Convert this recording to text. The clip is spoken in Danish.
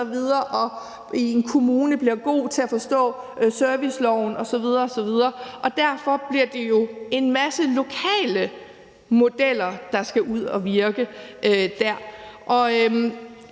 i en kommune bliver god til at forstå serviceloven osv. osv. Derfor bliver det jo en masse lokale modeller, der skal ud at virke.